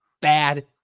bad